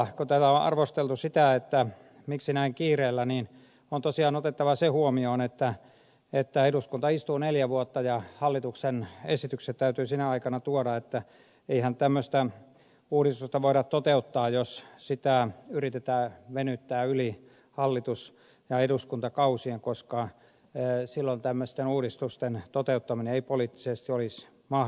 kun täällä on arvosteltu sitä että miksi näin kiireellä niin on tosiaan otettava se huomioon että eduskunta istuu neljä vuotta ja hallituksen esitykset täytyy sinä aikana tuoda että eihän tämmöistä uudistusta voida toteuttaa jos sitä yritetään venyttää yli hallitus ja eduskuntakausien koska silloin tämmöisten uudistusten toteuttaminen ei poliittisesti olisi mahdollista